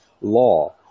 law